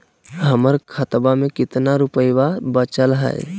हमर खतवा मे कितना रूपयवा बचल हई?